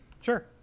Sure